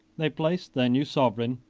they placed their new sovereign,